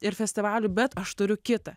ir festivalių bet aš turiu kitą